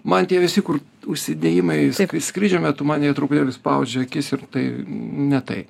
man tie visi kur užsidėjimai skrydžio metu man jie truputėlį spaudžia akis ir tai ne tai